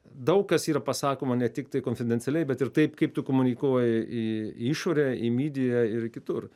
daug kas yra pasakoma ne tiktai konfidencialiai bet ir taip kaip tu komunikuoji į į išorę į mydiją ir kitur